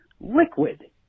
Liquid